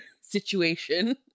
situation